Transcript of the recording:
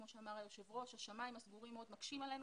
כמו שאמר היושב ראש השמים הסגורים מאוד מקשים עלינו